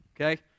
Okay